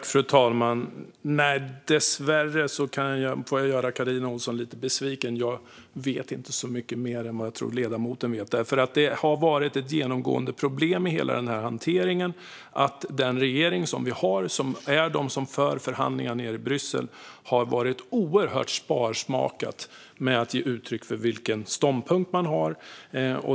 Fru talman! Dessvärre får jag göra Carina Ohlsson lite besviken, för jag vet inte så mycket mer än hon själv, tror jag. I hela hanteringen har det varit ett genomgående problem att den regering som vi har och som för förhandlingarna nere i Bryssel har varit oerhört sparsmakad när det gäller att ge uttryck för vilken ståndpunkt man har.